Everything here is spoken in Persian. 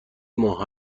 ماه